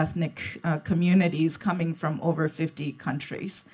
ethnic communities coming from over fifty countries